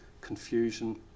confusion